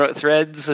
threads